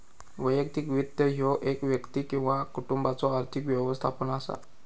वैयक्तिक वित्त ह्यो एक व्यक्ती किंवा कुटुंबाचो आर्थिक व्यवस्थापन असा